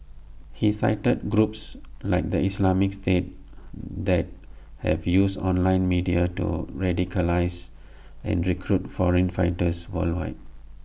he cited groups like the Islamic state that have used online media to radicalise and recruit foreign fighters worldwide